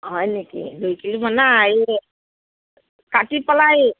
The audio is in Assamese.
হয় নেকি দুই কিল' কাটি পেলাই